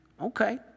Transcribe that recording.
Okay